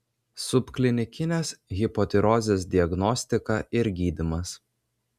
subklinikinės hipotirozės diagnostika ir gydymas